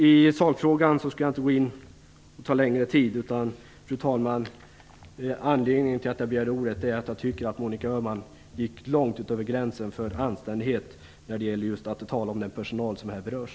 Jag skall inte ta upp mer tid med att gå in på sakfrågan. Anledningen till att jag begärde ordet, fru talman, är att jag tycker att Monica Öhman gick långt över anständighetens gräns när hon talade om den personal som berörs.